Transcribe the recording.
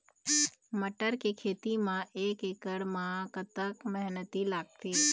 मटर के खेती म एक एकड़ म कतक मेहनती लागथे?